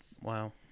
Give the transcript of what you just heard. wow